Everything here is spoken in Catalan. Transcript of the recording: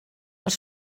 els